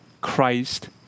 Christ